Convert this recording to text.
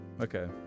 Okay